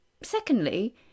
secondly